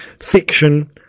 fiction